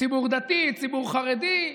ציבור דתי, ציבור חרדי,